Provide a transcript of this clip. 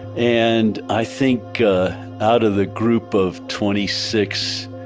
and i think out of the group of twenty six,